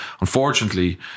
unfortunately